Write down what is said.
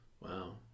wow